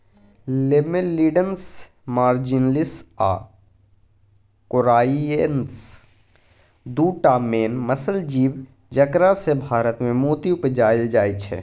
Lamellidens marginalis आ कोराइएनस दु टा मेन मसल जीब जकरासँ भारतमे मोती उपजाएल जाइ छै